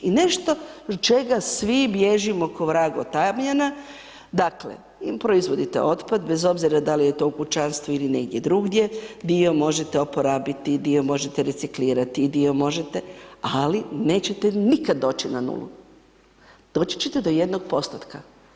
I nešto od čega svi bježimo kao vrag od tamjana, dakle, proizvodite otpad, bez obzira dal' je to u kućanstvu ili negdje drugdje, dio možete oporabiti, dio možete reciklirati, dio možete, ali nećete nikad doći na nulu, doći će te do jednog postotka.